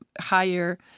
higher